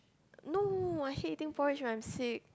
no I hate eating when I sick